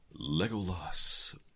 Legolas